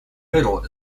middle